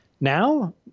Now